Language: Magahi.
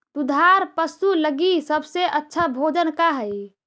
दुधार पशु लगीं सबसे अच्छा भोजन का हई?